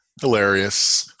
Hilarious